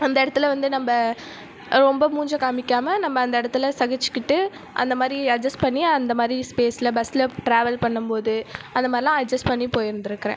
அந்த இடத்தில் வந்து நம்ப ரொம்ப மூஞ்சியை காமிக்காமல் அந்த இடத்தில் நம்ம சகிச்சுக்கிட்டு அந்த மாதிரி அஜஸ் பண்ணி அந்த மாதிரி ஸ்பேஸில் பஸ்ஸில் ட்ராவல் பண்ணும்போது அந்த மாரிலாம் அஜஸ் பண்ணி போயிருந்திருக்கிறேன்